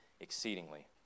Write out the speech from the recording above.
exceedingly